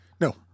No